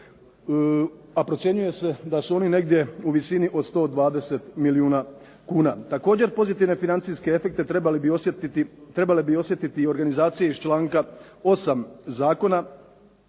a procjenjuje se da su oni negdje u visini od 120 milijuna kuna. Također, pozitivne financijske efekte trebale bi osjetiti i organizacije iz članka 8. Zakona,